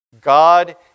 God